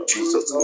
Jesus